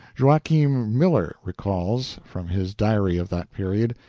joaquin miller recalls, from his diary of that period,